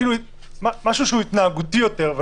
משהו שהוא התנהגותי יותר.